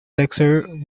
lecture